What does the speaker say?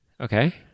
Okay